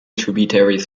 tributaries